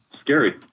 scary